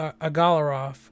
Agalarov